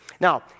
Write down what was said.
Now